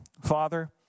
Father